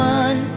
one